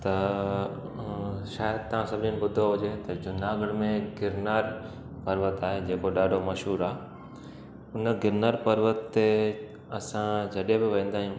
त शायदि तव्हां सभिनिनि ॿुधो हुजे त जूनागढ़ में गिरनार पर्वत आहे जेको ॾाढो मशहूरु आहे हिन गिरनार पर्वत ते असां जॾहिं बि वेंदा आहियूं